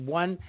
one